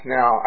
Now